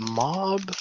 mob